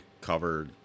covered